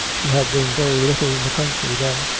she had been very little in the country then,